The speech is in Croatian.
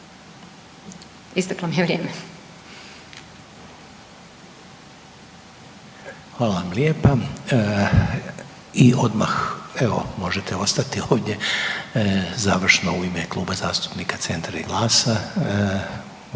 Željko (HDZ)** Hvala vam lijepa. I odmah evo, možete ostati ovdje, završno u ime Kluba zastupnika Centra i GLAS-a